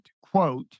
quote